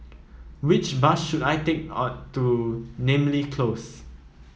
which bus should I take to Namly Close